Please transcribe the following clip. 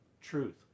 Truth